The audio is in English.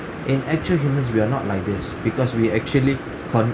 in actual humans we are not like this because we actually con~